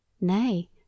Nay